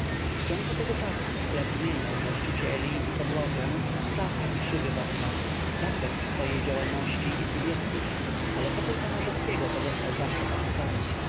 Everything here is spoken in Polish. w ciągu tego czasu sklep zmieniał właścicieli i podłogę szafy i szyby w oknach zakres swojej działalności i subjektów ale pokój pana rzeckiego pozostał zawsze taki sam